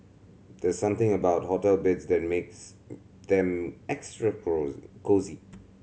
there's something about hotel beds that makes them extra cosy